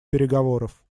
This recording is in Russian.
переговоров